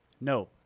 No